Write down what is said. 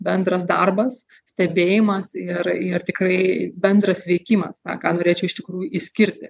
bendras darbas stebėjimas ir ir tikrai bendras veikimas tą ką norėčiau iš tikrųjų išskirti